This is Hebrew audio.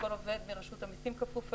כל עובד ברשות המסים כפוף אליה,